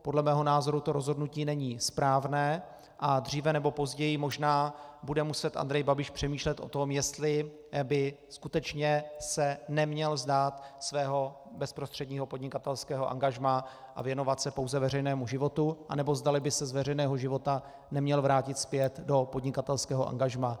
Podle mého názoru to rozhodnutí není správné a dříve nebo později možná bude muset Andrej Babiš přemýšlet o tom, jestli by skutečně se neměl vzdát svého bezprostředního podnikatelského angažmá a věnovat se pouze veřejnému životu, anebo zdali by se z veřejného života neměl vrátit zpět do podnikatelského angažmá.